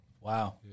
Wow